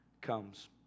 comes